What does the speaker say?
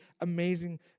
amazing